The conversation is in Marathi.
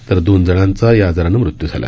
तर दोन जणांचा या आजारानं मृत्यु झाला